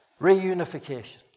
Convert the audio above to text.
Reunification